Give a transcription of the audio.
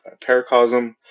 Paracosm